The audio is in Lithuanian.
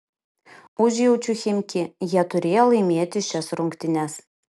užjaučiu chimki jie turėjo laimėti šias rungtynes